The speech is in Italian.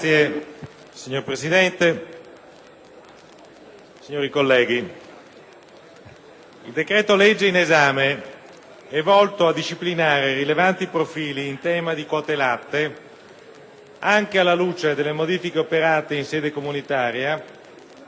il decreto‑legge in esame è volto a disciplinare i rilevanti profili in tema di quote latte, anche alla luce delle modifiche operate in sede comunitaria